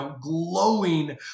glowing